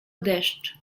deszcz